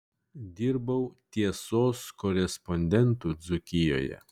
dirbau tiesos korespondentu dzūkijoje